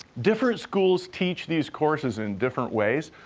different schools teach these courses in different ways,